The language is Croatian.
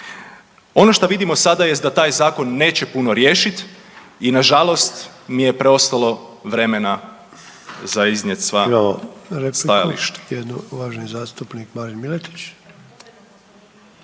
Ono što vidimo sada jest da taj zakon neće puno riješiti i na žalost nije mi preostalo vremena za iznijet sva stajališta.